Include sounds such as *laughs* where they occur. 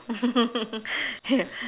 *laughs*